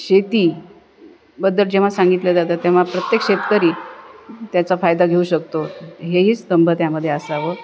शेतीबद्दत जेव्हा सांगितल्या जातात तेव्हा प्रत्येक शेतकरी त्याचा फायदा घेऊ शकतो हेही स्तंभ त्यामध्ये असावं